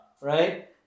right